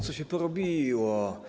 Co się porobiło?